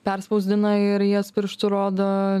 perspausdina ir jas pirštu rodo